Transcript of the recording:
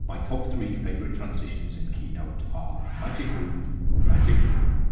my top three favourite transitions in keynote are magic move magic move